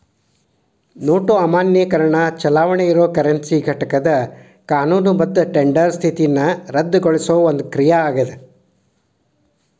note ಅಮಾನ್ಯೇಕರಣ ಚಲಾವಣಿ ಇರೊ ಕರೆನ್ಸಿ ಘಟಕದ್ ಕಾನೂನುಬದ್ಧ ಟೆಂಡರ್ ಸ್ಥಿತಿನ ರದ್ದುಗೊಳಿಸೊ ಒಂದ್ ಕ್ರಿಯಾ ಅದ